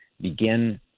begin